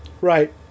Right